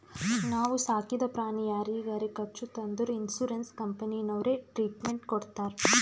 ನಾವು ಸಾಕಿದ ಪ್ರಾಣಿ ಯಾರಿಗಾರೆ ಕಚ್ಚುತ್ ಅಂದುರ್ ಇನ್ಸೂರೆನ್ಸ್ ಕಂಪನಿನವ್ರೆ ಟ್ರೀಟ್ಮೆಂಟ್ ಕೊಡ್ತಾರ್